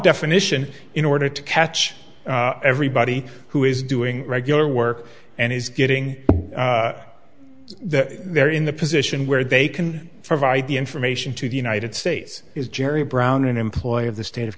definition in order to catch everybody who is doing regular work and he's getting there in the position where they can provide the information to the united states is jerry brown an employee of the state of